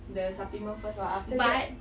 the supplement first but after that